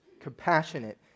compassionate